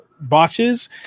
botches